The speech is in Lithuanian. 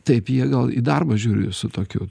taip jie gal į darbą žiūri su tokiu